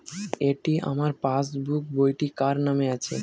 এটি আমার পাসবুক বইটি কার নামে আছে?